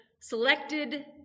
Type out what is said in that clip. Selected